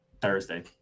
Thursday